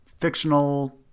fictional